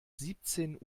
siebzehn